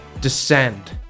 descend